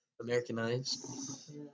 Americanized